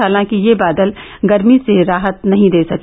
हालांकि यह बादल गर्मी से राहत नही दे सके